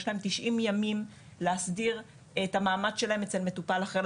יש להן 90 ימים להסדיר את המעמד שלהן אצל מטופל אחר.